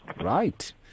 Right